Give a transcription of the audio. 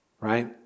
right